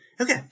Okay